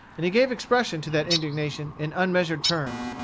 and he gave expression to that indignation in unmeasured terms.